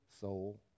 soul